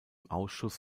ausschuss